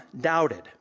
doubted